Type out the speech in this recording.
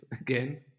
again